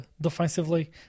defensively